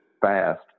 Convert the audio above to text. fast